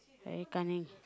very cunning